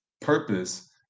purpose